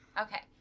Okay